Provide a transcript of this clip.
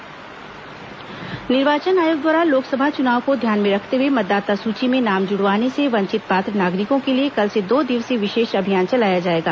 मतदाता सूची विशेष अभियान निर्वाचन आयोग द्वारा लोकसभा चुनाव को ध्यान में रखते हए मतदाता सुची में नाम जोड़वाने से वंचित पात्र नागरिकों के लिए कल से दो दिवसीय विशेष अभियान चलाया जाएगा